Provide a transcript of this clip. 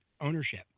ownership